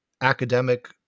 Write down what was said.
academic